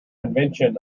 invention